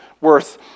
worth